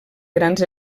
grans